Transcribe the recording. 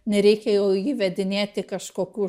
nereikia jau įvedinėti kažkokių